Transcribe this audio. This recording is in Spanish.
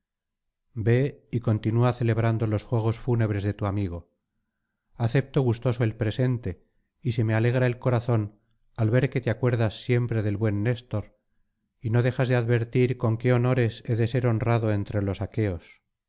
ve y continúa celebrando los juegos fúnebres de tu amigo acepto gustoso el presente y se me alegra el corazón al ver que te acuerdas siempre del buen néstor y no dejas de advertir con qué honores he de ser honrado entre los aqueos